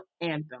anthem